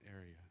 area